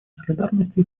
солидарности